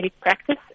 practice